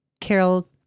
Carol